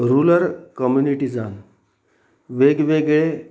rural कम्युनिटीजान वेग वेगळे